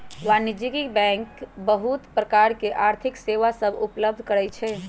वाणिज्यिक बैंक बहुत प्रकार के आर्थिक सेवा सभ उपलब्ध करइ छै